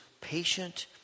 patient